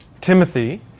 Timothy